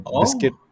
biscuit